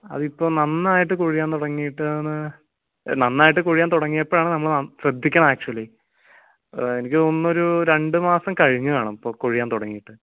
അതിപ്പോൾ നന്നായിട്ട് കൊഴിയാൻ തുടങ്ങിയിട്ടാണ് നന്നായിട്ട് കൊഴിയാൻ തുടങ്ങിയപ്പോഴാണ് നമ്മൾ ശ്രദ്ധിക്കണത് ആക്ച്വലി എനിക്ക് തോന്നുന്നു ഒരു രണ്ടുമാസം കഴിഞ്ഞുകാണും ഇപ്പോൾ കൊഴിയാൻ തുടങ്ങിയിട്ട്